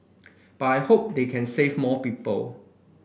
but I hope they can save more people